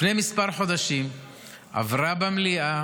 לפני כמה חודשים עברה במליאה,